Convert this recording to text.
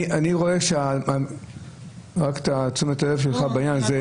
ואני רוצה את תשומת הלב שלך בעניין הזה,